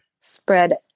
spread